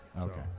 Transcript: Okay